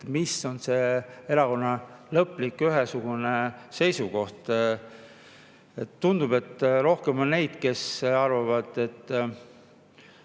mis on erakonna lõplik, ühesugune seisukoht. Tundub, et rohkem on neid, kes arvavad, et